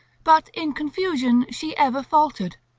but in confusion she ever faltered,